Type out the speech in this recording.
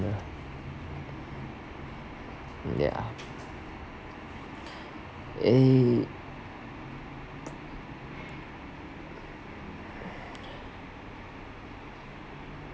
yeah eh